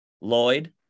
Lloyd